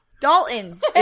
Dalton